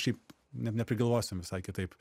šiaip net neprigalvosim visai kitaip